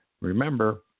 remember